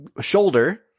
shoulder